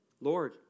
Lord